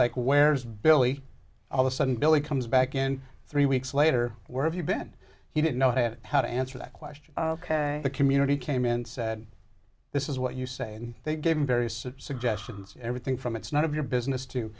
like where's billy all the sudden billy comes back in three weeks later where have you been he didn't know it how to answer that question the community came in and said this is what you say and they gave him various suggestions everything from it's none of your business to